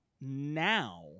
now